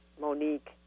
Monique